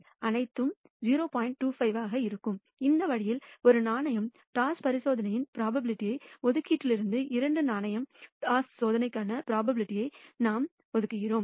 25 ஆக இருக்கும் இந்த வழியில் ஒரு நாணயம் டாஸ் பரிசோதனையின் ப்ரோபபிலிட்டி ஒதுக்கீட்டிலிருந்து இரண்டு நாணயம் டாஸ் சோதனைக்கான ப்ரோபபிலிட்டிகளை நாம் ஒதுக்குகிறோம்